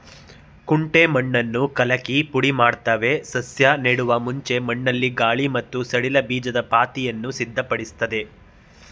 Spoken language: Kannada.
ಕುಂಟೆ ಮಣ್ಣನ್ನು ಕಲಕಿ ಪುಡಿಮಾಡ್ತವೆ ಸಸ್ಯ ನೆಡುವ ಮುಂಚೆ ಮಣ್ಣಲ್ಲಿ ಗಾಳಿ ಮತ್ತು ಸಡಿಲ ಬೀಜದ ಪಾತಿಯನ್ನು ಸಿದ್ಧಪಡಿಸ್ತದೆ